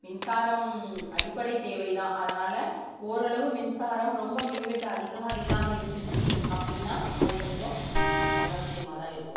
மின்சாரம் அடிப்படை தேவை தான் அதனால ஓரளவு மின்சாரம் ரொம்ப மின் வெட்டு அதிகமாக இல்லாமல் இருந்துச்சு அப்படின்னா அது கொஞ்சம் நல்ல விஷயமா தான் இருக்கும்